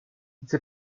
diese